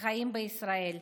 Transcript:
החיים בישראל.